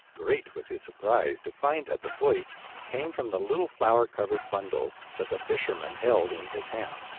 great was his surprise to find that the voice came from the little flour-covered bundle that the fisherman held in his hand.